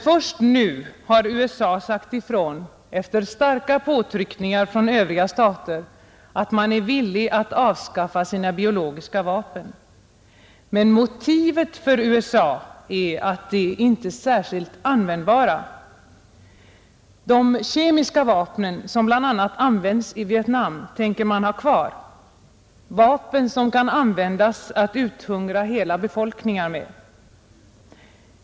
Först nu har USA efter starka påtryckningar från övriga stater sagt ifrån att man är villig att avskaffa sina biologiska vapen. Men motivet för USA är att de inte är särskilt användbara! De kemiska vapen som bl.a. använts i Vietnam tänker man ha kvar, vapen som kan användas att uthungra hela befolkningar med.